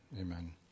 Amen